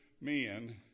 men